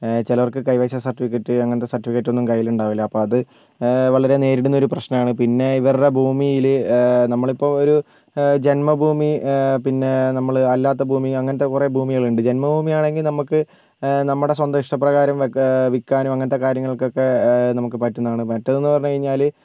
ചിലർക്ക് കൈവശ സർട്ടിഫിക്കറ്റ് അങ്ങനത്തെ സർട്ടിഫിക്കറ്റ് ഒന്നും കയ്യിലുണ്ടാവില്ല അപ്പോൾ അത് വളരെ നേരിടുന്നൊരു പ്രശ്നമാണ് പിന്നെ ഇവരുടെ ഭൂമിയിൽ നമ്മളിപ്പോൾ ഒരു ജന്മഭൂമി പിന്നെ നമ്മൾ അല്ലാത്ത ഭൂമി അങ്ങനത്തെ കുറേ ഭൂമികളുണ്ട് ജന്മഭൂമി ആണെങ്കിൽ നമുക്ക് നമ്മുടെ സ്വന്തം ഇഷ്ടപ്രകാരം വയ്ക്കാം വിൽക്കാനും അങ്ങനത്തെ കാര്യങ്ങൾക്കൊക്കെ നമുക്ക് പറ്റുന്നതാണ് മറ്റേതെന്ന് പറഞ്ഞു കഴിഞ്ഞാൽ